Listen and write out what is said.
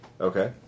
Okay